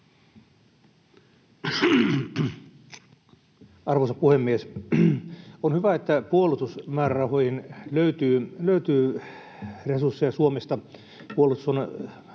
Arvoisa puhemies! On hyvä, että puolustusmäärärahoihin löytyy resursseja Suomesta.